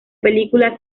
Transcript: película